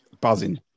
Buzzing